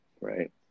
Right